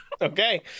Okay